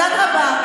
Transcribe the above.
אדרבה,